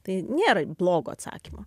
tai nėra blogo atsakymo